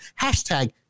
Hashtag